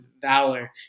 Valor